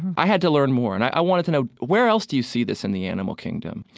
i had to learn more. and i wanted to know where else do you see this in the animal kingdom.